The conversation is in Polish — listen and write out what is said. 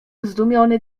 zdumiony